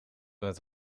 met